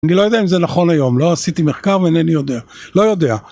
אני לא יודע אם זה נכון היום. לא עשיתי מחקר ואינני יודע. לא יודע.